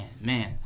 man